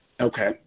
Okay